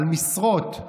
על משרות,